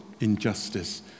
injustice